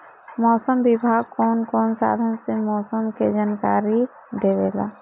मौसम विभाग कौन कौने साधन से मोसम के जानकारी देवेला?